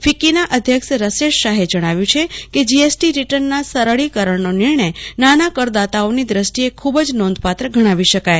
ફિકકીના અધ્યક્ષ રસેશ શાહે જણાવ્યું છે કે જીએસટી રીટર્નના સરળીકરણનો નિર્ણય નાના કરદાતાઓની દ્રષ્ટીએ ખુબ જ નોંધપાત્ર ગણાવી શકાય